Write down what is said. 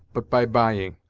but by buying.